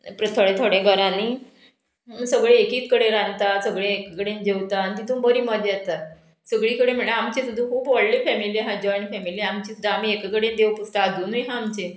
थोडे थोडे घरांनी सगळे एकीत कडेन रांदता सगळे एक कडेन जेवता आनी तितून बरी मजा येता सगळी कडेन म्हणल्यार आमची सुद्दां खूब व्हडली फेमिली आहा जॉयन्ट फेमिली आमची सुद्दां आमी एकेकडेन देव पुजता आजूनय आहा आमचे